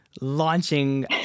launching